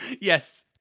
Yes